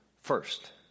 first